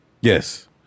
Yes